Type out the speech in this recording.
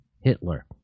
Hitler